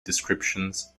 descriptions